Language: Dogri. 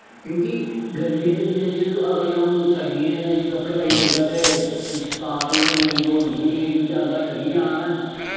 क्योंकि गर्मियें दे दिन च अगर हून में सर्दियें दे कपड़े पाइयै फिरगा ते तां ते मेरी दौड़ नीकली गै जानी क्योंकि अद्धा ठरी गै जाना में